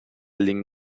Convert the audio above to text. ligne